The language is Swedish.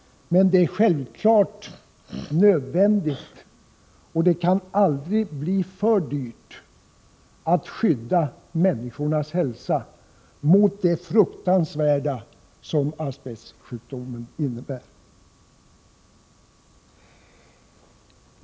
Men det är självfallet nödvändigt, och det kan aldrig bli för dyrt, att skydda människors hälsa mot det fruktansvärda som asbestsjukdomen innebär.